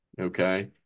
okay